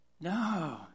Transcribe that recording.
No